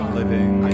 living